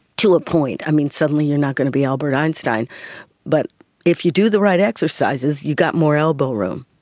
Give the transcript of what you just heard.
to a point. i mean, suddenly you're not going to be albert einstein but if you do the right exercises you've got more elbow room.